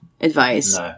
advice